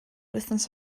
wythnos